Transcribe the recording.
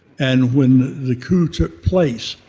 and when the coup took place,